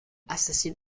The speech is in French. assassine